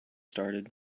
started